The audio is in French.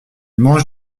mange